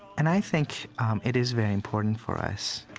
and i think it is very important for us,